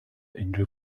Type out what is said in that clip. unrhyw